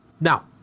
Now